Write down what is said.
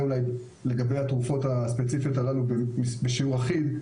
לגבי התרופות הספציפיות הללו בשיעור אחיד,